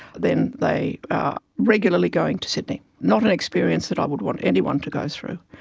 then they are regularly going to sydney. not an experience that i would want anyone to go through.